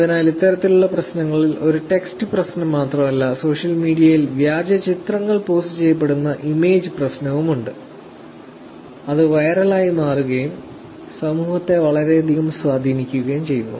അതിനാൽ ഇത്തരത്തിലുള്ള പ്രശ്നങ്ങൾ ഒരു ടെക്സ്റ്റ് പ്രശ്നം മാത്രമല്ല സോഷ്യൽ മീഡിയയിൽ വ്യാജ ചിത്രങ്ങൾ പോസ്റ്റുചെയ്യപ്പെടുന്ന ഇമേജ് പ്രശ്നവുമുണ്ട് അത് വൈറലായി മാറുകയും സമൂഹത്തെ വളരെയധികം സ്വാധീനിക്കുകയും ചെയ്യുന്നു